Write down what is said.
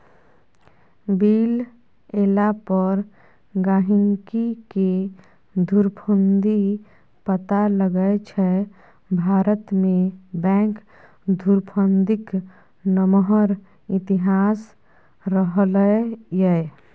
bill एला पर गहिंकीकेँ धुरफंदी पता लगै छै भारतमे बैंक धुरफंदीक नमहर इतिहास रहलै यै